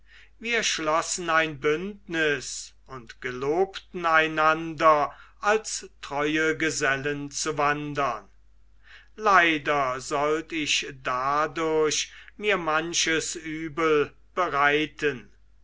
wir schlossen ein bündnis und gelobten einander als treue gesellen zu wandern leider sollt ich dadurch mir manches übel bereiten